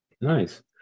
nice